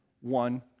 one